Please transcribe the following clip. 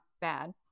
bad